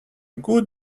good